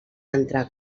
entrà